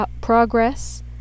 progress